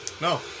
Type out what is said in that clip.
No